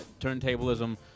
turntablism